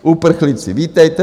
Uprchlíci, vítejte.